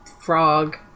frog